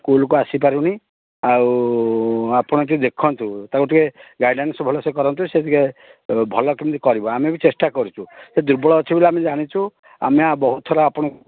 ସ୍କୁଲକୁ ଆସି ପାରୁନି ଆଉ ଆପଣ ଟିକେ ଦେଖନ୍ତୁ ତାକୁ ଟିକେ ଗାଇଡ଼ାନ୍ସ ଭଲ ସେ କରନ୍ତୁ ସେ ଟିକେ ଭଲ କେମିତି କରିବ ଆମେ ବି ଚେଷ୍ଟା କରୁଛୁ ସେ ଦୁର୍ବଳ ଅଛି ବୋଲି ଆମେ ଜାଣିଛୁ ଆମେ ବହୁତ ଥର ଆପଣଙ୍କୁ